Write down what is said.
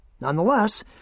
Nonetheless